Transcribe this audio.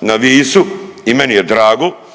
na Visu i meni je drago,